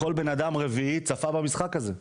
כל בן אדם רביעי צפה במשחק הזה.